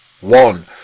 one